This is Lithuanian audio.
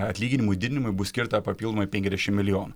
a atlyginimų didinimui bus skirta papildomai penkiasdešim milijonų